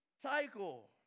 cycle